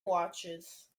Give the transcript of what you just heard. watches